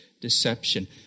deception